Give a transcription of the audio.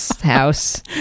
house